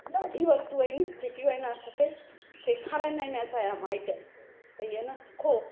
ॾाढी वस्तू आहिनि जंहिंखे उहे न असांखे सेखारींदा आहिनि असांजा माईटु भई अञा सिखो